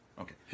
Okay